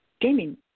gaming